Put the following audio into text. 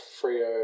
Frio